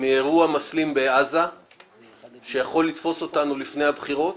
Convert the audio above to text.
מאירוע מסלים בעזה שיכול לתפוס אותנו לפני הבחירות